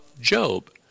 Job